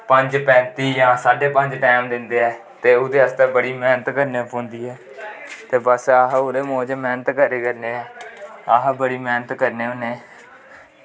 पंज पैंती जां साड्डे पंज टैम दिंदे ऐं ते ओह्दै आस्तै बड़ी मैह्नत करनी पौंदी ऐ ते बस अस ओह्दे मोज मैह्नत करे करनें आं अस बड़ी मैह्नत करनें होनें